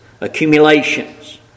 accumulations